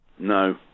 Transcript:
No